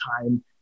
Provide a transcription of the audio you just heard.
time